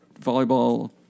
volleyball